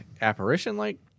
apparition-like